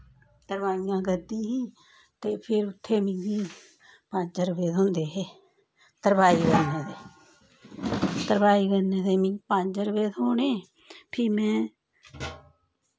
तरपाइयां करदी ही ते फिर उ'त्थें मिगी पंज रपेऽ थ्होंदे हे तरपाई करने दे तरपाई करने दे मिगी पंज रपेऽ थ्होने फ्ही में